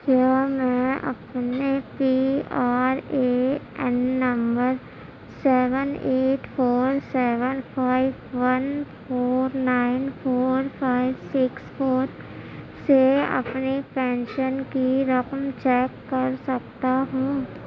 کیا میں اپنے P R A N number seven eight four seven five one four nine four five six four سے اپنی pension کی رقم چیک کر سکتا ہوں